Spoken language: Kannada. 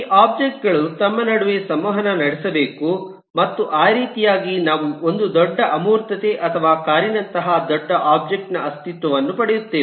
ಈ ಒಬ್ಜೆಕ್ಟ್ ಗಳು ತಮ್ಮ ನಡುವೆ ಸಂವಹನ ನಡೆಸಬೇಕು ಮತ್ತು ಆ ರೀತಿಯಾಗಿ ನಾವು ಒಂದು ದೊಡ್ಡ ಅಮೂರ್ತತೆ ಅಥವಾ ಕಾರಿನಂತಹ ದೊಡ್ಡ ಒಬ್ಜೆಕ್ಟ್ ನ ಅಸ್ತಿತ್ವವನ್ನು ಪಡೆಯುತ್ತೇವೆ